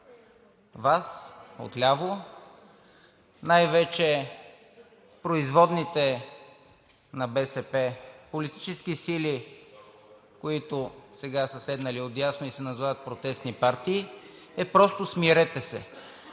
Вас – отляво, най-вече производните на БСП политически сили, които сега са седнали отдясно и се назовават протестни партии, е просто: смирете се!